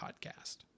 Podcast